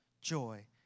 joy